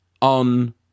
on